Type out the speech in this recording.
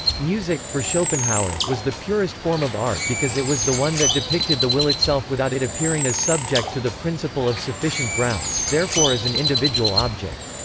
music, for schopenhauer, was the purest form of art because it was the one that depicted the will itself without it appearing as subject to the principle of sufficient grounds, therefore as an individual object.